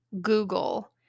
Google